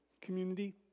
community